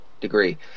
degree